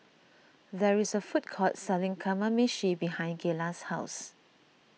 there is a food court selling Kamameshi behind Gayla's house